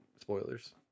spoilers